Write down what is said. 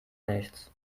nichts